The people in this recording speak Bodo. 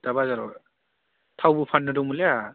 दा बाजाराव थावबो फाननो दंमोनलै आंहा